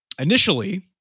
Initially